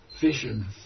vision